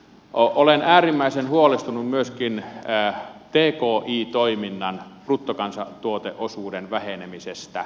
olen äärimmäisen huolestunut myöskin tki toiminnan bruttokansantuoteosuuden vähenemisestä